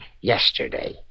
yesterday